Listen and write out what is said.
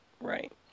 Right